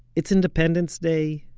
it's independence day,